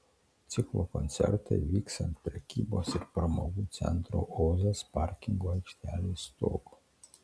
ciklo koncertai vyks ant prekybos ir pramogų centro ozas parkingo aikštelės stogo